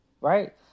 right